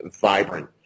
vibrant